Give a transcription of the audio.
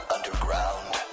Underground